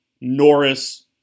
Norris